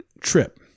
trip